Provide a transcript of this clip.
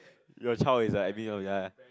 your child is like ya ya